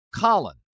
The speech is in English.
colin